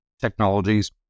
technologies